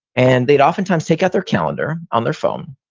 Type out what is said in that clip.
and they'd oftentimes take out their calendar, on their phone,